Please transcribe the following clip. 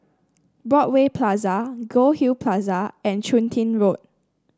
Broadway Plaza Goldhill Plaza and Chun Tin Road